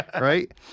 right